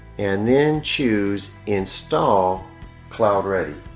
and then choose install cloud ready